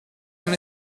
non